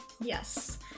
Yes